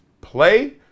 play